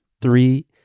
Three